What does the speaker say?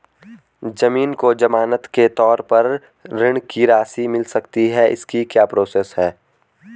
ज़मीन को ज़मानत के तौर पर ऋण की राशि मिल सकती है इसकी क्या प्रोसेस है?